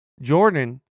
jordan